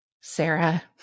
Sarah